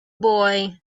boy